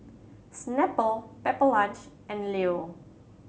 Snapple Pepper Lunch and Leo